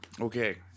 Okay